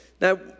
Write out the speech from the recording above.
Now